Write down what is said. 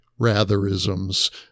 ratherisms